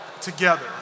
together